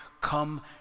come